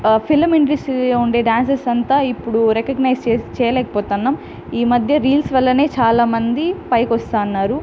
film ఇండస్ట్రీలో ఉండే dancers అంతా ఇప్పుడు రికగ్నైజ్ చేయ చేయలేకపోతున్నాం ఈ మధ్య రీల్స్ వల్లనే చాలా మంది పైకి వస్తాన్నారు